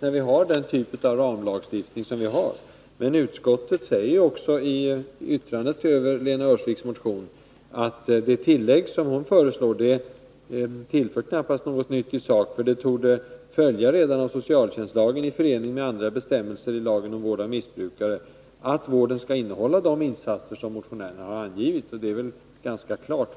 med den typ av ramlagstiftning som vi har. Utskottet säger också i yttrandet över Lena Öhrsviks motion att det tillägg hon föreslår knappast tillför något nytt i sak, eftersom det torde följa redan av socialtjänstlagen i förening med andra bestämmelser i lagen om vård av missbrukare, att vården skall innehålla de insatser som motionärerna har angivit. Det är väl ganska klart.